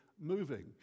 moving